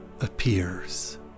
appears